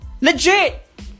Legit